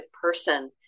person